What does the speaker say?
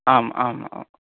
आम् आम् आम्